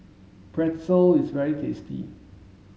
Pretzel is very tasty